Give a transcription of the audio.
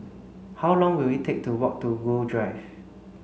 how long will it take to walk to Gul Drive